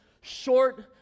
short